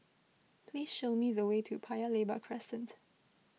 please show me the way to Paya Lebar Crescent